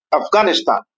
Afghanistan